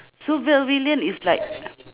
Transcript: supervillain is like